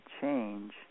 change